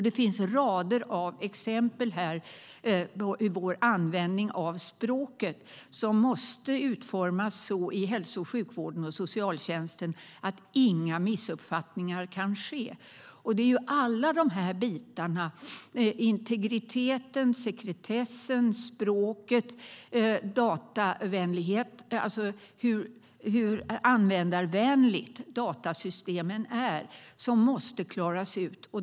Det finns rader av exempel på hur vår användning av språket måste utformas så i hälso och sjukvården och socialtjänsten att inga missuppfattningar kan ske. Alla dessa delar, integriteten, sekretessen, språket och användarvänligheten i datorsystemen, måste klaras ut.